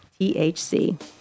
THC